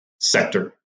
sector